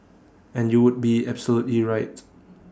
and you would be absolutely right